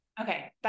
Okay